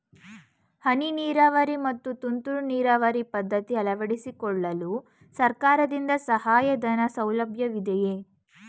ಹನಿ ನೀರಾವರಿ ಮತ್ತು ತುಂತುರು ನೀರಾವರಿ ಪದ್ಧತಿ ಅಳವಡಿಸಿಕೊಳ್ಳಲು ಸರ್ಕಾರದಿಂದ ಸಹಾಯಧನದ ಸೌಲಭ್ಯವಿದೆಯೇ?